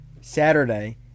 Saturday